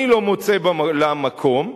אני לא מוצא להם מקום,